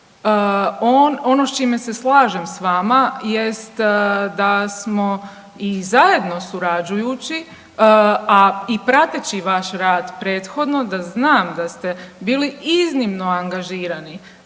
ono s čime se slažem s vama jest da smo i zajedno surađujući, a i prateći vaš rad prethodno da znam da ste bili iznimno angažirani